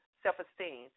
self-esteem